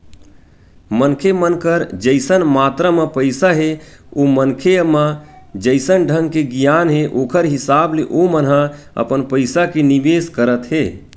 मनखे मन कर जइसन मातरा म पइसा हे ओ मनखे म जइसन ढंग के गियान हे ओखर हिसाब ले ओमन ह अपन पइसा के निवेस करत हे